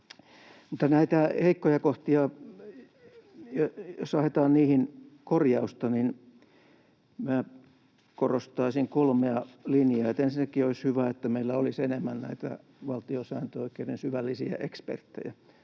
Jos haetaan niihin korjausta, niin minä korostaisin kolmea linjaa. Ensinnäkin olisi hyvä, että meillä olisi enemmän näitä valtiosääntöoikeuden syvällisiä eksperttejä.